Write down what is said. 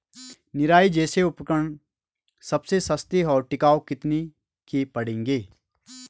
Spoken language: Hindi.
निराई जैसे उपकरण सबसे सस्ते और टिकाऊ कितने के पड़ेंगे?